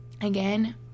Again